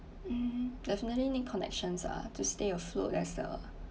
um definitely need connections ah to stay afloat as a